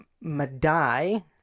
Madai